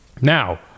Now